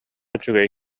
үчүгэй